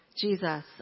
Jesus